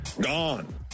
Gone